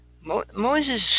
Moses